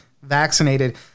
Vaccinated